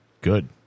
Good